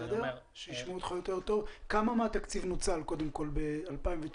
כמה מהתקציב נוצל ב-2019?